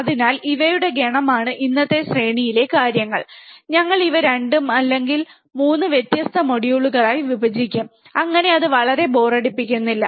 അതിനാൽ ഇവയുടെ ഗണമാണ് ഇന്നത്തെ ശ്രേണിയിലെ കാര്യങ്ങൾ ഞങ്ങൾ ഇവ വീണ്ടും 2 അല്ലെങ്കിൽ 3 വ്യത്യസ്ത മൊഡ്യൂളുകളായി വിഭജിക്കും അങ്ങനെ അത് വളരെ ബോറടിപ്പിക്കുന്നില്ല